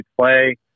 play